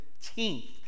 15th